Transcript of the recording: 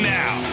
now